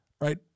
Right